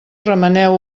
remeneu